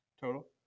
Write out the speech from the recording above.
total